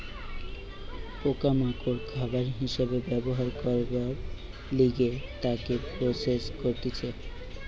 পোকা মাকড় খাবার হিসাবে ব্যবহার করবার লিগে তাকে প্রসেস করতিছে